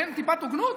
אין טיפת הוגנות?